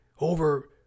over